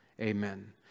Amen